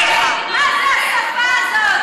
לך תבקר את באסל גטאס.